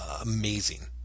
amazing